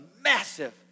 massive